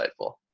insightful